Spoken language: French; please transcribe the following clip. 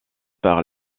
par